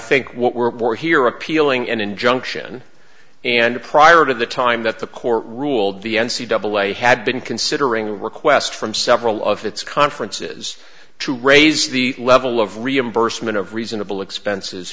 think we're at war here appealing an injunction and prior to the time that the court ruled the n c double a had been considering request from several of its conferences to raise the level of reimbursement of reasonable expenses